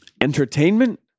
entertainment